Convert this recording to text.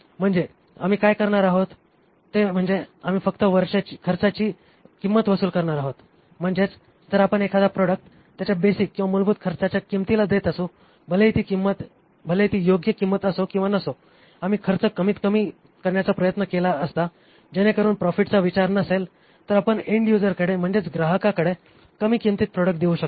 म्हणजे आम्ही काय करणार आहोत ते म्हणजे आम्ही फक्त खर्चाची किंमत वसूल करणार आहोतम्हणजेच जर आपण एखादा प्रॉडक्ट त्याच्या बेसिक मूलभूत खर्चाच्या किंमतीला देत असू भले हि ती योग्य किंमत असो किंवा नसो आम्ही खर्च आणखी कमी करण्याचा प्रयत्न केला असता जेणेकरून प्रॉफिटचा विचार नसेल तर आपण एन्ड युजरकडे म्हणजेच ग्राहकाकडे कमी किंमतीत प्रॉडक्ट देऊ शकतो